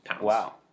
Wow